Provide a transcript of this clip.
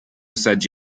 saggi